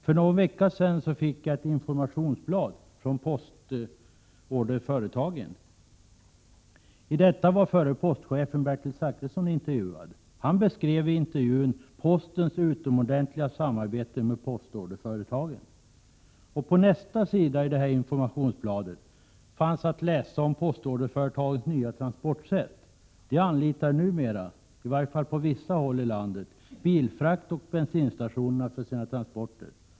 För någon vecka sedan fick jag ett informationsblad från postorderföretagen. I detta var förre postchefen Bertil Zachrisson intervjuad. Han beskrev i intervjun postens utomordentliga samarbete med postorderföretagen. På nästa sida i informationsbladet kunde man läsa om postorderföretagens nya transportsätt. De anlitar numera, i varje fall på vissa håll i landet, bilfrakt och bensinstationerna för sina transporter.